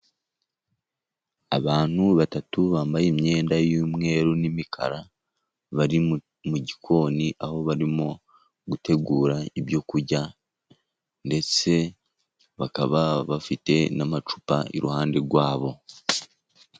Abantu batatu bambaye imyenda y'umweru n'imikara bari mu gikoni, aho barimo gutegura ibyo kurya, ndetse bakaba bafite n'amacupa iruhande rwabo.